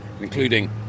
including